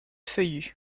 feuillus